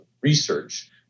research